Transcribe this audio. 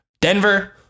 Denver